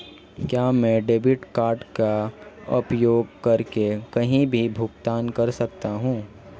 क्या मैं debit card का उपयोग करके कहीं भी भुगतान कर सकता हूं?